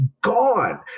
gone